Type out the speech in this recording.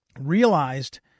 realized